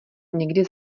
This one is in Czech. někdy